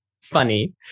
funny